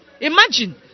Imagine